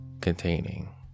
Containing